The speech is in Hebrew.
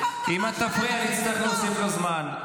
אם תפריעי אני אצטרך להוסיף לו זמן.